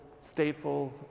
stateful